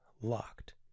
locked